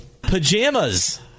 Pajamas